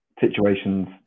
situations